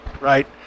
right